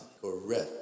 Correct